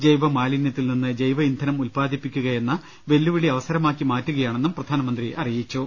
ജൈവ മാലിന്യത്തിൽ നിന്ന് ജൈവ ഇന്ധനം ഉല്പാദിപ്പിക്കുകയെന്ന വെല്ലുവിളി അവസ രമാക്കി മാറ്റുകയാണെന്നും പ്രധാനമന്ത്രി അറിയിച്ചു